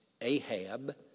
Ahab